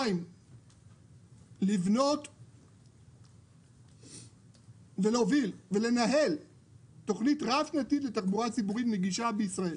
2. לבנות ולהוביל ולנהל תוכנית רב-שנתית לתחבורה ציבורית נגישה בישראל.